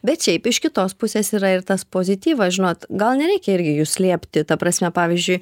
bet šiaip iš kitos pusės yra ir tas pozityvas žinot gal nereikia irgi jų slėpti ta prasme pavyzdžiui